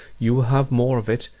you will have more of it,